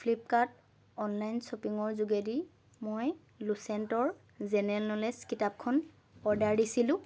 Flipkart online শ্বপিঙৰ যোগেদি মই লোচেণ্টৰ জেনেৰেল ন'লেজ কিতাপখন অৰ্ডাৰ দিছিলোঁ